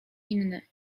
inny